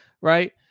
right